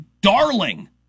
darling